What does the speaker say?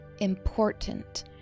important